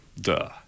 Duh